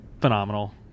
phenomenal